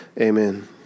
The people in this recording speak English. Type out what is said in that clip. amen